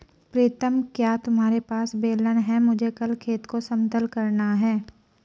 प्रीतम क्या तुम्हारे पास बेलन है मुझे कल खेत को समतल करना है?